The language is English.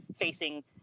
facing